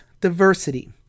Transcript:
diversity